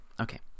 Okay